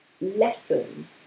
lesson